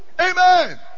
Amen